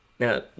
Now